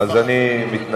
אז אני מתנצל.